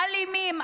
אלימים,